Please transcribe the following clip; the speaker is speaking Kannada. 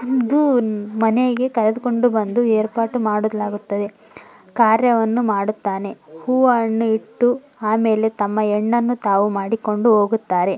ದು ಮನೆಗೆ ಕರೆದುಕೊಂಡು ಬಂದು ಏರ್ಪಾಟು ಮಾಡಲಾಗುತ್ತದೆ ಕಾರ್ಯವನ್ನು ಮಾಡುತ್ತಾನೆ ಹೂವು ಹಣ್ಣು ಇಟ್ಟು ಆಮೇಲೆ ತಮ್ಮ ಹೆಣ್ಣನ್ನು ತಾವು ಮಾಡಿಕೊಂಡು ಹೋಗುತ್ತಾರೆ